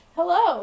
Hello